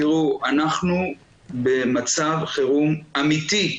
תראו, אנחנו במצב חירום אמיתי,